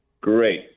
Great